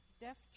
Deaf